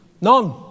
None